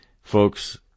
Folks